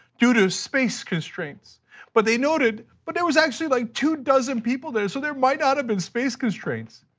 due to space constraints but they noted but there was actually like two dozen people there so there might not of been space constraints.